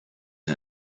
him